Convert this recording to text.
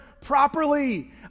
properly